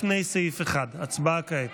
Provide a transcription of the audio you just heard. לפני סעיף 1. הצבעה כעת.